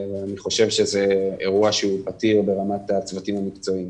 אני חושב שזה אירוע שהוא פתיר ברמת הצוותים המקצועיים,